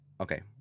Okay